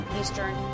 Eastern